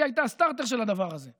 היא הייתה הסטרטר של הדבר הזה,